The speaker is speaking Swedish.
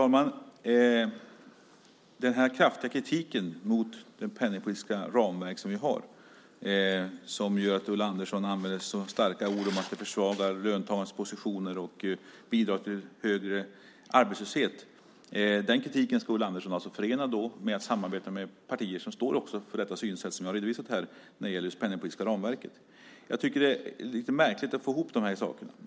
Fru talman! Den kraftiga kritiken mot det penningpolitiska ramverk som vi har, och som gör att Ulla Andersson använder så starka uttryck som att det försvagar löntagarnas position och bidrar till högre arbetslöshet, skulle Ulla Andersson alltså förena med ett samarbete med partier som också står för det synsätt som jag här redovisat gällande det penningpolitiska ramverket. Det blir nog lite svårt att få ihop dessa två saker.